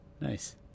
Nice